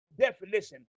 definition